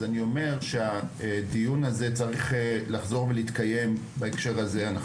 אז אני אומר שהדיון הזה צריך לחזור ולהתקיים בהקשר הזה של בסיס התקציב.